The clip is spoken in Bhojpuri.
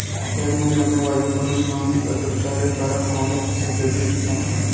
अप्रैल महिना में वायु मंडल में अधिक आद्रता के कारण कवने फसल क ढेर नुकसान होला?